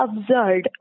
absurd